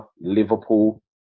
Liverpool